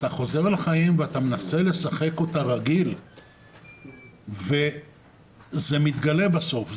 חוזר לחיים ואתה מנסה לשחק אותה רגיל וזה מתגלה בסוף,